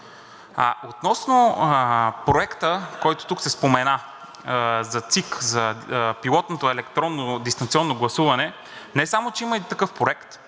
Относно проекта, който тук се спомена – за ЦИК, за пилотното електронно дистанционно гласуване, не само че има такъв проект,